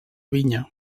vinya